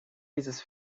dieses